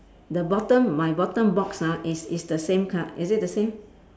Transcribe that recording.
the bottom my bottom box ah is is the same co~ is it the same